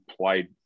played